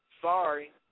sorry